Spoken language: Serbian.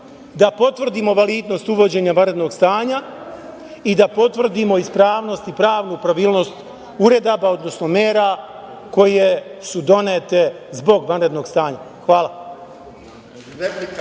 da potvrdimo validnost uvođenja vanrednog stanja i da potvrdimo ispravnost i pravnu pravilnost uredaba, odnosno mera koje su donete zbog vanrednog stanja.